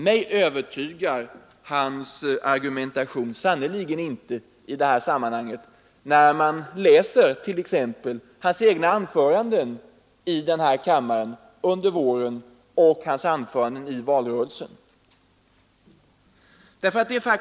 Mig övertygar hans argumentation sannerligen inte i det här sammanhanget, särskilt inte när jag läser t.ex. hans egna anföranden i denna kammare under våren och hans anföranden under valrörelsen.